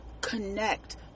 connect